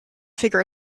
figure